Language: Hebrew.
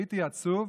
הייתי עצוב.